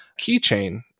keychain